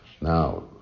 Now